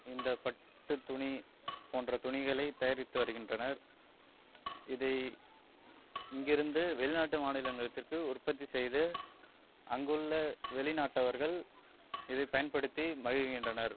இந்த பட்டுத்துணி போன்ற துணிகளைத் தயாரித்து வருகின்றனர் இதை இங்கிருந்து வெளிநாட்டு மாநிலங்களத்திற்கு உற்பத்திச் செய்து அங்குள்ள வெளிநாட்டவர்கள் இதைப் பயன்படுத்தி மகிழ்கின்றனர்